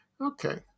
okay